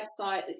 website